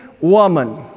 woman